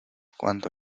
cuando